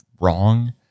wrong